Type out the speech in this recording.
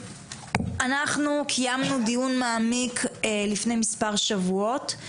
אנחנו קיימנו דיון מעמיק לפני מספר שבועות.